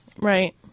Right